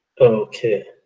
okay